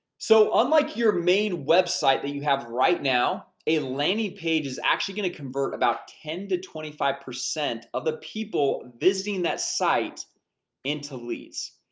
so unlike your main website that you have right now, a landing page is actually gonna convert about ten to twenty five percent of the people visiting that site into leads.